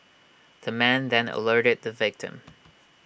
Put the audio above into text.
the man then alerted the victim